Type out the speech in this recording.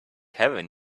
heaven